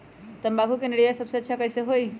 तम्बाकू के निरैया सबसे अच्छा कई से होई?